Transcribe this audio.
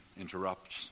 interrupts